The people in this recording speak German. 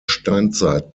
steinzeit